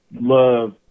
love